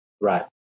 Right